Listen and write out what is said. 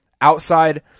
outside